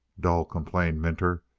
dull, complained minter.